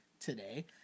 today